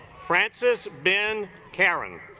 francis ben karen